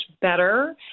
better